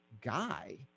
guy